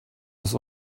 das